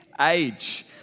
age